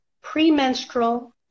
premenstrual